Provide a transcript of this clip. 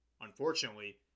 Unfortunately